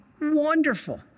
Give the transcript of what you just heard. Wonderful